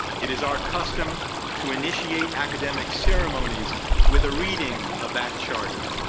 it is our custom to initiate academic ceremonies with a reading of that charter,